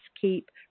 keep